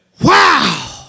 Wow